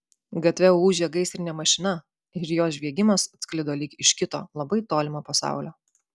gatve ūžė gaisrinė mašina ir jos žviegimas atsklido lyg iš kito labai tolimo pasaulio